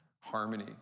harmony